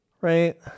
Right